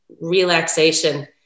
relaxation